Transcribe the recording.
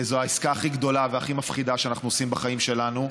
העסקה הכי גדולה והכי מפחידה שאנחנו עושים בחיים שלנו,